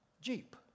jeep